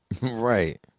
Right